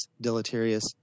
deleterious